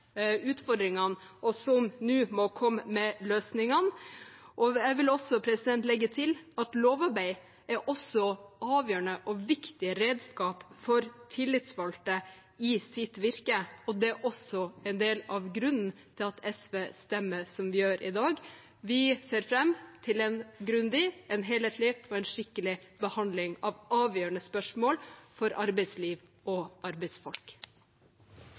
utfordringene, og som nå må komme med løsningene. Jeg vil legge til at lovarbeid er et avgjørende og viktig redskap for tillitsvalgte i deres virke, og det er også en del av grunnen til at SV stemmer som vi gjør i dag. Vi ser fram til en grundig, en helhetlig og en skikkelig behandling av avgjørende spørsmål for arbeidsliv og arbeidsfolk.